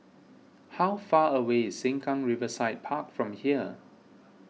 how far away is Sengkang Riverside Park from here